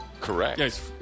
Correct